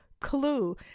clue